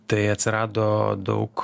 tai atsirado daug